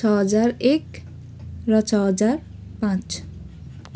छ हजार एक र छ हजार पाँच